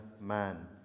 man